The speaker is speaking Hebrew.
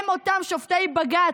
הם אותם שופטי בג"ץ,